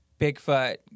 Bigfoot